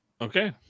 okay